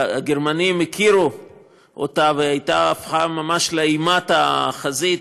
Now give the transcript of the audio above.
הגרמנים הכירו אותה, והיא הפכה ממש לאימת החזית.